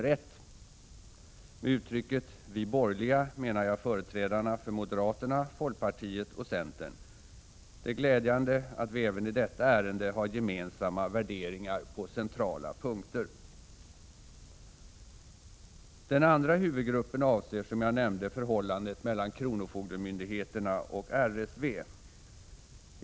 Med uttrycket ”vi borgerliga” menar jag företrädarna för moderaterna, folkpartiet och centern. Det är glädjande att vi även i detta ärende har gemensamma värderingar på centrala punkter. Den andra huvudgruppen avser, som jag nämnt, förhållandet mellan kronofogdemyndigheterna och RSV.